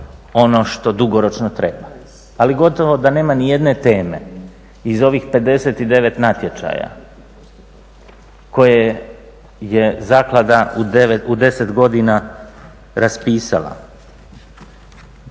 ono što dugoročno treba, ali gotovo da nema ni jedne teme iz ovih 59 natječaja koje je zaklada u 10 godina raspisala